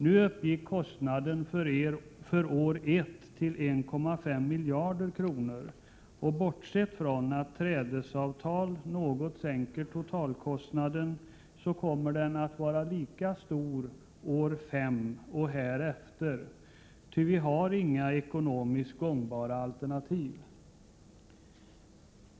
Nu uppgick kostnaden för år 1 till 1,5 miljarder kronor, och bortsett från att trädesavtal något sänker totalkostnaden kommer den att vara lika stor år 5 och därefter, ty vi har inga ekonomiskt gångbara alternativ.